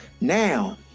now